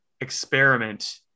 experiment